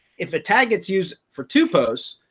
if a tag gets used for two posts,